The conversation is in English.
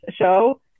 show